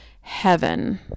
heaven